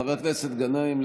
חבר הכנסת גנאים,